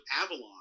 Avalon